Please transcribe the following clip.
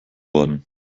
worden